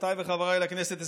חברותיי וחבריי לכנסת,